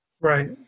Right